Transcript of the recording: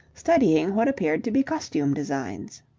studying what appeared to be costume-designs.